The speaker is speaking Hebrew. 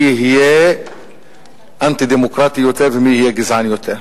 יהיה אנטי-דמוקרטי יותר ומי יהיה גזען יותר.